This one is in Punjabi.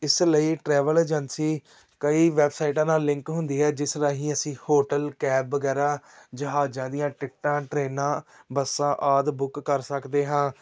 ਇਸ ਲਈ ਟਰੈਵਲ ਏਜੰਸੀ ਕਈ ਵੈਬਸਾਈਟਾਂ ਨਾਲ ਲਿੰਕ ਹੁੰਦੀ ਹੈ ਜਿਸ ਰਾਹੀਂ ਅਸੀਂ ਹੋਟਲ ਕੈਬ ਵਗੈਰਾ ਜਹਾਜ਼ਾਂ ਦੀਆਂ ਟਿਕਟਾਂ ਟਰੇਨਾਂ ਬੱਸਾਂ ਆਦਿ ਬੁੱਕ ਕਰ ਸਕਦੇ ਹਾਂ